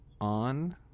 on